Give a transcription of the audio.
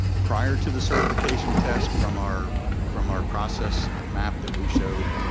prior to the certification test from our from our process map that we showed,